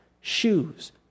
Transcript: shoes